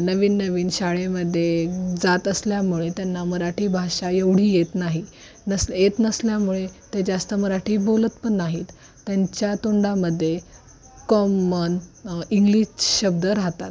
नवीन नवीन शाळेमध्ये जात असल्यामुळे त्यांना मराठी भाषा एवढी येत नाही नस येत नसल्यामुळे ते जास्त मराठी बोलत पण नाहीत त्यांच्या तोंडामध्ये कॉमन इंग्लिश शब्द राहतात